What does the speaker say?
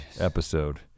episode